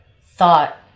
thought